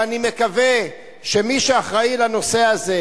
ואני מקווה שמי שאחראי לנושא הזה,